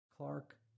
Clark